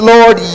Lord